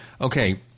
Okay